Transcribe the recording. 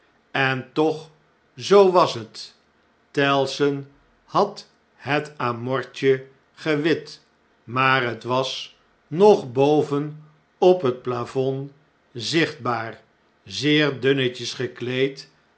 boven den lessenaar entochzoo washet tellson had het amortje gewit maar het was nog boven op het plafond zichtbaar zeer dunnetjes gekleed